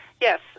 Yes